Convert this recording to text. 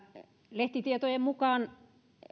lehtitietojen mukaan